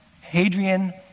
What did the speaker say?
Hadrian